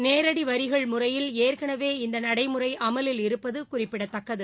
நேரடி வரிகள் முறையில் ஏற்கனவே இந்த நடைமுறை அமலில் இருப்பது குறிப்பிடத்தக்கது